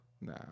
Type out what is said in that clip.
Nah